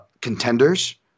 contenders